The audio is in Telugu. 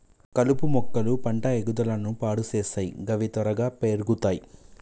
కలుపు మొక్కలు పంట ఎదుగుదలను పాడు సేత్తయ్ గవి త్వరగా పెర్గుతయ్